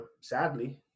sadly